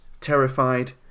terrified